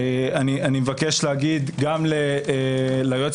אני מבקש לומר גם ליועץ